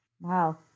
Wow